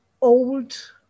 old